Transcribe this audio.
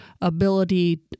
ability